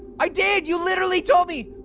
i did! you literally told me,